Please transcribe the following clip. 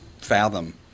fathom